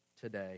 today